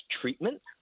treatment